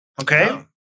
okay